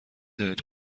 دانید